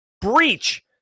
breach